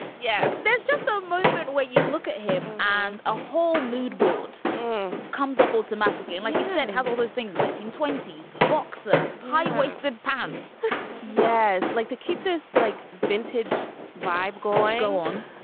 yes there's just a moment where you look at him and a whole mood board comes up automatically. like you said, has all those things. nineteen twenty s boxer, high waisted pants yes. like to keep this, like, vintage vibe going on.